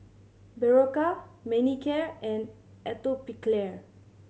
Berocca Manicare and Atopiclair